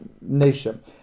nation